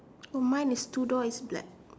oh mine is two door is black